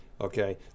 okay